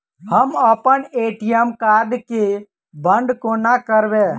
हम अप्पन ATM card केँ बंद कोना करेबै?